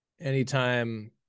anytime